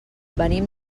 venim